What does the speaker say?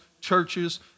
churches